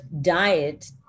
diet